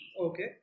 Okay